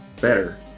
Better